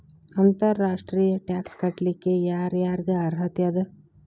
ಅಂತರ್ ರಾಷ್ಟ್ರೇಯ ಟ್ಯಾಕ್ಸ್ ಕಟ್ಲಿಕ್ಕೆ ಯರ್ ಯಾರಿಗ್ ಅರ್ಹತೆ ಅದ?